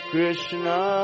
Krishna